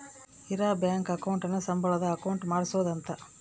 ಇರ bank account ನ ಸಂಬಳದ್ ಅಕೌಂಟ್ ಮಾಡ್ಸೋದ ಅಂತ